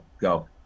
go